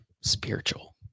spiritual